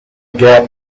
gap